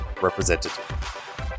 representative